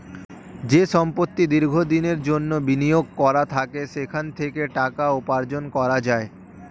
যে সম্পত্তি দীর্ঘ দিনের জন্যে বিনিয়োগ করা থাকে সেখান থেকে টাকা উপার্জন করা যায়